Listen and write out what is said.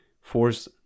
force